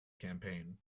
campaign